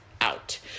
out